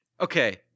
Okay